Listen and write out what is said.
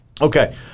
Okay